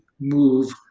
move